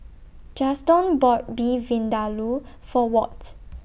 Juston bought Beef Vindaloo For Walt